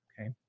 Okay